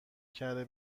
کره